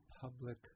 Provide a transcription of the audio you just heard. public